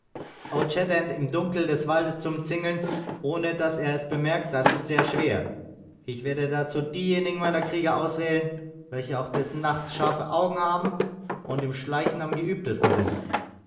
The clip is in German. im dunkel des waldes zu umzingeln ohne daß er es bemerkt das ist sehr schwer ich werde dazu diejenigen meiner krieger auswählen welche auch des nachts scharfe augen haben und im schleichen am geübtesten sind